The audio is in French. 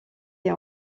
est